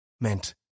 meant